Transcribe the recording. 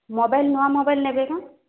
mobile ନୂଆ mobile ନେବେ କଣ